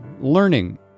learning